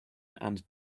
and